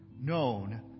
known